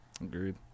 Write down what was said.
Agreed